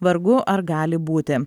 vargu ar gali būti